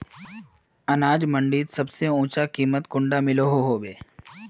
अनाज मंडीत सबसे ऊँचा कीमत कुंडा मिलोहो होबे?